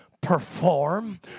perform